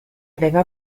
aveva